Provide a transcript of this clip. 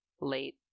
late